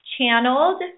channeled